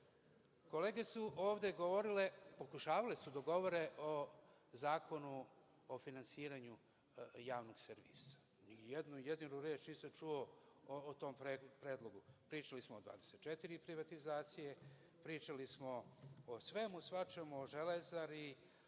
se. Kolege su ovde govorile, pokušavale su da govore, o Zakonu o finansiranju Javnog servisa. Ni jednu jedinu reč nisam čuo o tom predlogu. Pričali smo o 24 privatizacije, pričali smo o svemu i svačemu, o Železari,